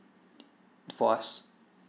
for us